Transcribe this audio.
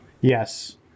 Yes